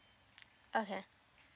okay